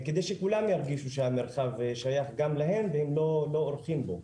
זאת על מנת שכולם ירגישו שהמרחב שייך גם להם והם לא אורחים בו.